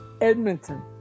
Edmonton